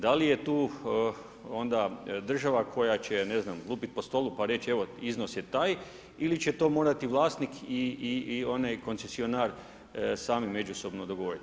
Da li je tu onda država koja će ne znam lupit po stolu pa reć evo iznos je taj ili će to morati vlasnik ili onaj koncesionar sami međusobno dogovorit.